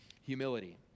humility